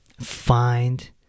find